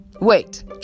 Wait